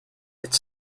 its